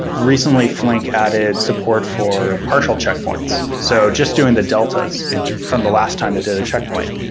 recently, flink added support for partial checkpoints. so just doing the deltas from the last time it did a checkpoint,